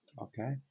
okay